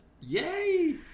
Yay